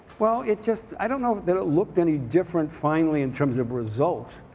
well, it just, i don't know that it looked any different, finally, in terms of result.